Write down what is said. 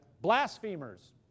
blasphemers